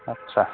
आटसा